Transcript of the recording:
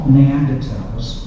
Neanderthals